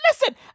listen